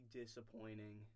disappointing